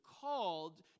called